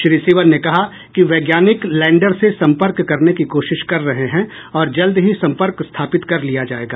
श्री सिवन ने कहा कि वैज्ञानिक लैंडर से संपर्क करने की कोशिश कर रहे हैं और जल्द ही सम्पर्क स्थापित कर लिया जाएगा